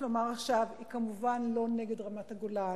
לומר עכשיו היא כמובן לא נגד רמת-הגולן,